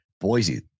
Boise